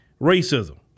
racism